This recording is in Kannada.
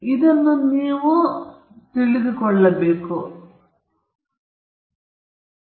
ಮುಂದಿನ ಸ್ಲೈಡ್ನಲ್ಲಿ ನಾನು ತೋರಿಸುತ್ತೇನೆ